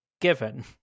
given